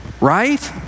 right